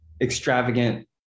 extravagant